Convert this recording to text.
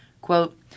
Quote